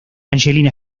angelina